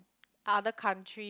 other country